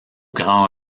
grand